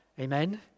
Amen